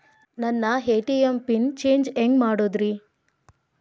ನನ್ನ ATM pin change ಹೆಂಗ್ ಮಾಡೋದ್ರಿ?